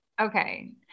Okay